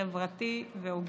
חברתי והוגן,